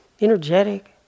energetic